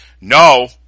no